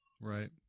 Right